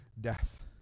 death